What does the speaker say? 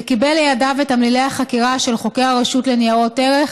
וקיבל לידיו את תמלילי החקירה של חוקר הרשות לניירות ערך